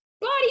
Body